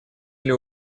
или